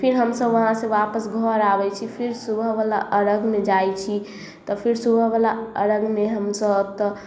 फिर हमसब वहाँ से वापस घर आबै छी फिर सुबह बला अर्घमे जाइ छी तब फिर सुबह बला अर्घमे हमसब ओतऽ